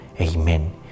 Amen